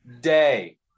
day